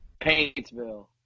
Paintsville